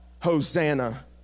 Hosanna